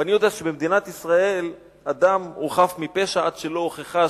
ואני יודע שבמדינת ישראל אדם הוא חף מפשע עד שלא הוכחה אשמתו,